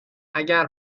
اگر